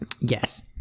Yes